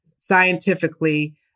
scientifically